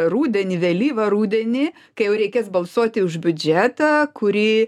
rudenį vėlyvą rudenį kai jau reikės balsuoti už biudžetą kurį